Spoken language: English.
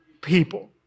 people